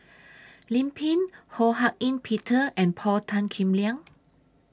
Lim Pin Ho Hak Ean Peter and Paul Tan Kim Liang